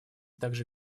также